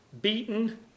beaten